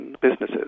businesses